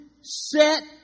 Set